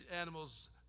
animals